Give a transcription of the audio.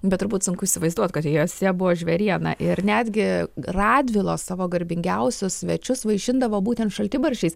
bet turbūt sunku įsivaizduot kad juose buvo žvėriena ir netgi radvilos savo garbingiausius svečius vaišindavo būtent šaltibarščiais